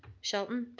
shelton?